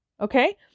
Okay